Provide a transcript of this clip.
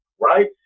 right